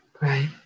Right